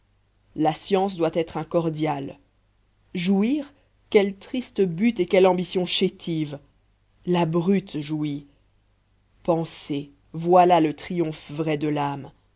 la science doit être un cordial jouir quel triste but et quelle ambition chétive la brute jouit penser voilà le triomphe vrai de l'âme